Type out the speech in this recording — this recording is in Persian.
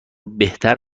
بهتر